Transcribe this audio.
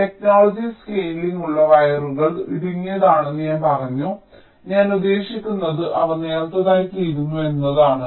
technology scaling ഉള്ള വയറുകൾ ഇടുങ്ങിയതാണെന്ന് ഞാൻ പറഞ്ഞു ഞാൻ ഉദ്ദേശിക്കുന്നത് അവ നേർത്തതായിത്തീരുന്നു എന്നാണ്